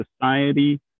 society